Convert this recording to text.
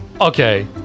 Okay